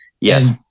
Yes